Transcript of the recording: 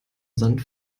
sand